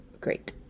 great